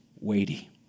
weighty